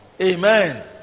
Amen